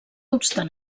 obstant